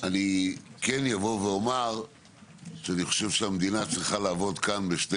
אני חושב שהמדינה צריכה לעבוד כאן בשתי